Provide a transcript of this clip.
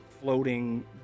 floating